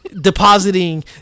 depositing